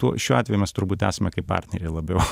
tuo šiuo atveju mes turbūt esame kaip partneriai labiau